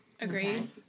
Agreed